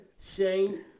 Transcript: Shane